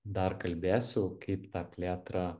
dar kalbėsiu kaip tą plėtrą